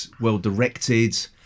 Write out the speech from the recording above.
well-directed